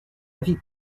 vite